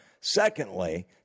Secondly